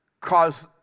cause